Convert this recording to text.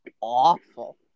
awful